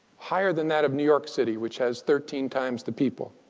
higher than that of new york city, which has thirteen times the people.